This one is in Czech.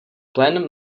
plen